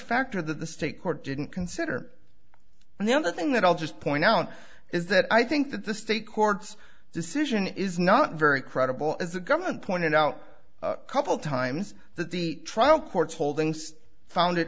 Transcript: factor that the state court didn't consider and the other thing that i'll just point out is that i think that the state court's decision is not very credible as the government pointed out a couple times that the trial court's holdings found